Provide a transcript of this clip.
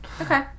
Okay